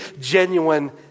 genuine